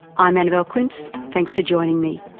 i'm annabelle quince, thanks for joining me